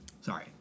Sorry